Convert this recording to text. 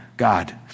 God